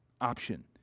option